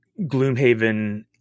Gloomhaven